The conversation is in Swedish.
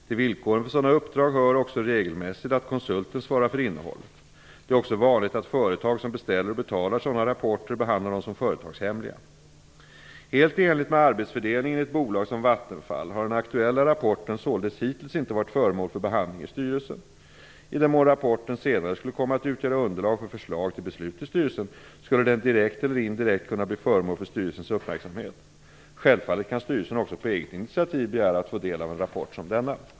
Till villkoren för sådana uppdrag hör också regelmässigt att konsulten svarar för innehållet. Det är också vanligt att företag som beställer och betalar sådana rapporter behandlar dem som företagshemliga. Helt i enlighet med arbetsfördelning i ett bolag som Vattenfall har den aktuella rapporten således hittills inte varit föremål för behandling i styrelsen. I den mån rapporten senare skulle komma att utgöra underlag för förslag till beslut i styrelsen, skulle den direkt eller indirekt kunna bli föremål för styrelsens uppmärksamhet. Självfallet kan styrelsen också på eget initiativ begära att få ta del av en rapport som denna.